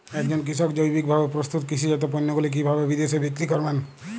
একজন কৃষক জৈবিকভাবে প্রস্তুত কৃষিজাত পণ্যগুলি কিভাবে বিদেশে বিক্রি করবেন?